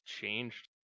changed